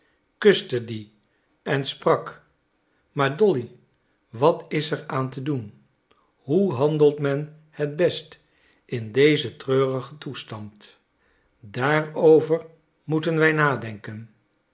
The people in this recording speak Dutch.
kuste die en sprak maar dolly wat is er aan te doen hoe handelt men het best in dezen treurigen toestand daarover moeten wij nadenken